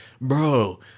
bro